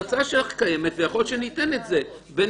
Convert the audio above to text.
ההצעה שלך קיימת ויכול להיות שניתן את זה בין